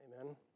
Amen